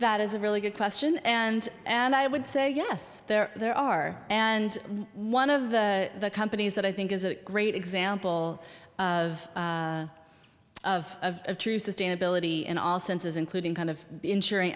that is a really good question and and i would say yes there there are and one of the companies that i think is a great example of of a true sustainability in all senses including kind of ensuring